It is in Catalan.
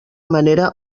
manera